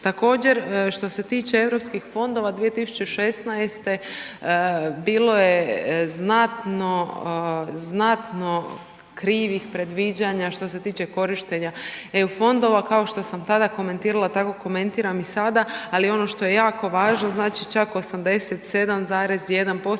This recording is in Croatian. Također što se tiče europskih fondova 2016. bilo je znatno krivih predviđanja što se tiče korištenja eu fondova, kao što sam tada komentirala tako komentiram i sada ali ono što je jako važno, znači čak 87,1%